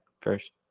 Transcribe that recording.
first